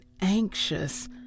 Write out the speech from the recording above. anxious